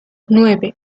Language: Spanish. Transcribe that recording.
nueve